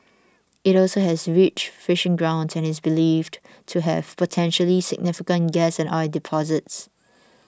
it also has rich fishing grounds and is believed to have potentially significant gas and oil deposits